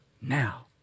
now